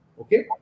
Okay